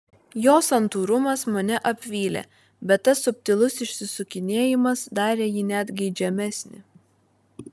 jo santūrumas mane apvylė bet tas subtilus išsisukinėjimas darė jį net geidžiamesnį